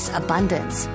abundance